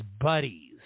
buddies